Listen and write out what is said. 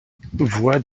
voix